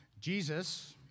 Jesus